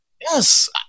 Yes